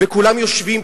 וכולם יושבים,